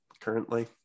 currently